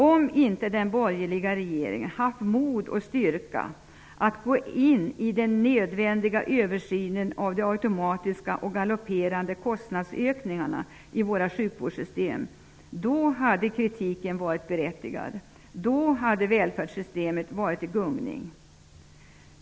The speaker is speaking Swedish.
Om inte den borgerliga regeringen hade haft mod och styrka att göra den nödvändiga översynen av de automatiska och galopperande kostnadsökningarna i våra sjukvårdssystem hade det varit berättigat med kritik; då hade välfärdssystemet varit i gungning.